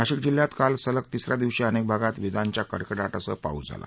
नाशिक जिल्ह्यात काल सलग तिसऱ्या दिवशी अनेक भागात विजांच्या कडकडाटासह पाऊस झाला